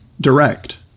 direct